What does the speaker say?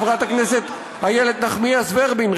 חברת הכנסת איילת נחמיאס ורבין,